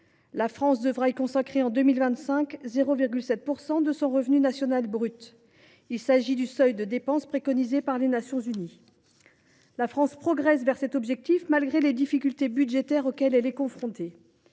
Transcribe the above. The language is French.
La France devra lui allouer en 2025 0,7 % de son revenu national brut ; il s’agit du seuil préconisé par les Nations unies. La France progresse vers cet objectif, malgré les difficultés budgétaires auxquelles elle est confrontée.